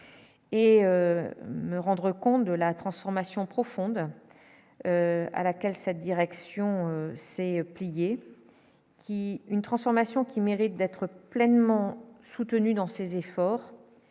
et me rendre compte de la transformation profonde à laquelle sa direction, c'est plié, une transformation qui mérite d'être pleinement soutenu dans ses efforts